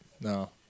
No